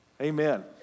Amen